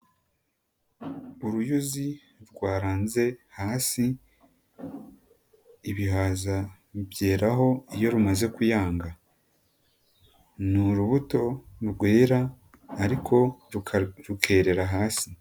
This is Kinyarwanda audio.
Uruyuzi rwaranze hasi, ibihaza bigeraho iyo rumaze kuyanga, ni urubuto rwera ariko rukerera hasi.